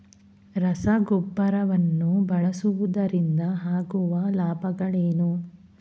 ರಸಗೊಬ್ಬರವನ್ನು ಬಳಸುವುದರಿಂದ ಆಗುವ ಲಾಭಗಳೇನು?